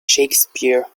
shakespeare